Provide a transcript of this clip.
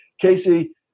casey